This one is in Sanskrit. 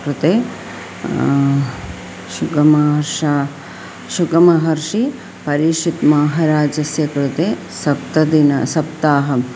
कृते शुकमहर्षिः शुकमहर्षिः परीक्षितः महराजस्य कृते सप्तदिनानि सप्ताहम्